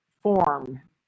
form